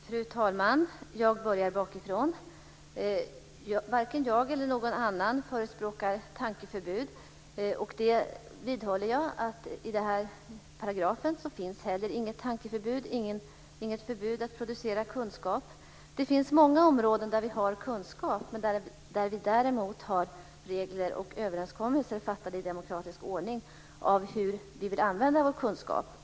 Fru talman! Jag börjar bakifrån. Varken jag eller någon annan förespråkar tankeförbud. Jag vidhåller att det i den här paragrafen inte heller finns något tankeförbud, inget förbud mot att producera kunskap. Det finns många områden där vi har kunskap men där vi har regler och överenskommelser fattade i demokratisk ordning om hur vi vill använda vår kunskap.